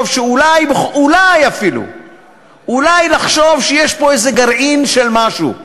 שאולי אפילו יש פה איזה גרעין של משהו,